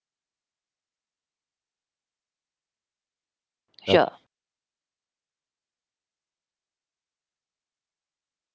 sure